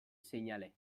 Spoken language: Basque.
seinale